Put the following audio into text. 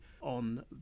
on